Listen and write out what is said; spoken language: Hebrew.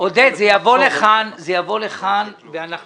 יבוא לכאן ואנחנו